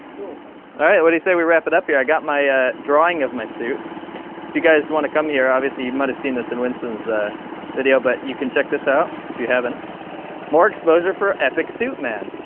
you know yeah what do you say? we wrap it up here? i got my drawing of my suit if you guys want come here obviously, you might have seen this in winston's the video, but you can check this out if you haven't more exposure for epic suit man.